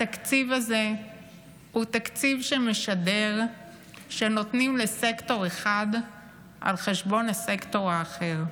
התקציב הזה הוא תקציב שמשדר שנותנים לסקטור אחד על חשבון הסקטור האחר.